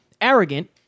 arrogant